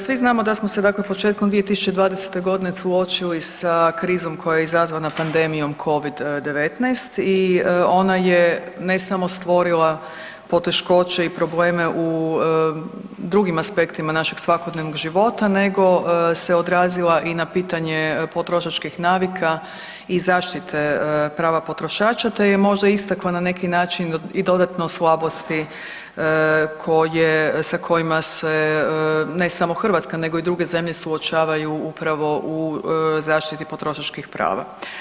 Svi znamo da smo se početkom 2020.g. suočili sa krizom koja je izazvana pandemijom covid-19 i ona je ne samo stvorila poteškoće i probleme u drugim aspektima našeg svakodnevnog života nego se odrazila i na pitanje potrošačkih navika i zaštite prava potrošača te je možda istakla na neki način i dodatno slabosti sa kojima se ne samo Hrvatska nego i druge zemlje suočavaju upravo u zaštiti potrošačkih prava.